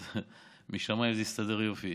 אז משמיים זה הסתדר יופי.